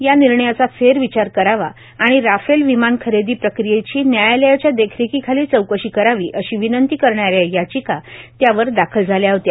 या निर्णयाचा फेरविचार करावा आणि राफेल विमानखरेदी प्रक्रियेची न्यायालयाच्या देखरेखीखाली चौकशी करावी अशी विनंती करणाऱ्या याचिका त्यावर दाखल झाल्या होत्या